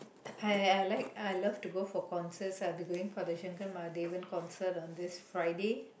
I I like I love to go for concerts I'll be going for the concert on this Friday